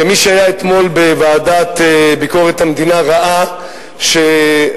מי שהיה אתמול בוועדה לביקורת המדינה ראה שמנו